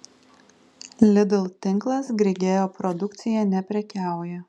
lidl tinklas grigeo produkcija neprekiauja